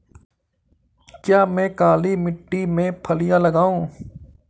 क्या मैं काली मिट्टी में फलियां लगाऊँ?